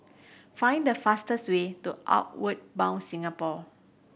find the fastest way to Outward Bound Singapore